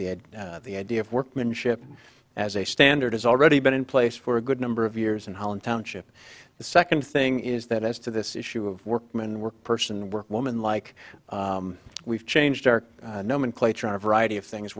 the ed the idea of workmanship as a standard has already been in place for a good number of years in holland township the second thing is that as to this issue of workman work person work womanlike we've changed our nomenclature on a variety of things